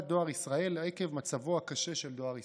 דואר ישראל עקב מצבו הקשה של דואר ישראל.